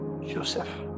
Joseph